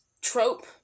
trope